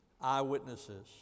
Eyewitnesses